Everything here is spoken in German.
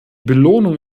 belohnung